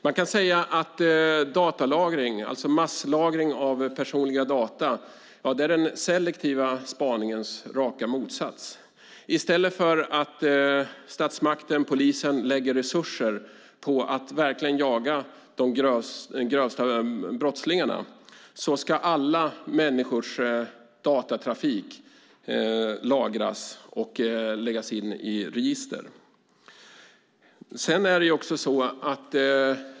Man kan säga att datalagring, det vill säga masslagring av personliga data, är den selektiva spaningens raka motsats. I stället för att statsmakten, polisen, lägger resurser på att verkligen jaga de grövsta brottslingarna ska alla människors datatrafik lagras och läggas in i register.